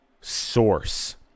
source